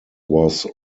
was